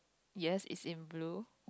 yes is in blue